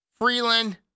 Freeland